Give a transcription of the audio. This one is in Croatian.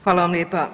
Hvala vam lijepa.